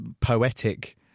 poetic